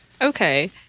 Okay